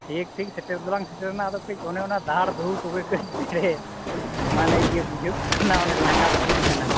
ᱴᱷᱤᱠ ᱴᱷᱤᱠ ᱥᱮᱴᱮᱨᱫᱚᱞᱟᱝ ᱥᱮᱴᱮᱨᱮᱱᱟ ᱟᱫᱚ ᱠᱟᱹᱡ ᱚᱱᱮ ᱚᱱᱟ ᱫᱷᱟᱲᱼᱫᱷᱩᱲᱠᱚᱜᱮ ᱠᱟᱹᱡ ᱡᱷᱮᱲᱮ ᱢᱟᱱᱮ ᱤᱭᱟᱹ ᱵᱩᱡᱷᱟᱹᱜ ᱠᱟᱱᱟ ᱞᱟᱸᱜᱟ ᱵᱩᱡᱷᱟᱹᱜ ᱠᱟᱱᱟ